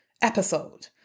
episode